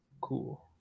Cool